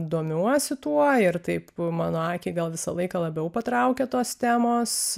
domiuosi tuo ir taip mano akį gal visą laiką labiau patraukia tos temos